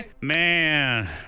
Man